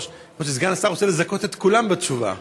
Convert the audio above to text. או שסגן השר רוצה לזכות את כולם בתשובה.